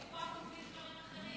דברים אחרים.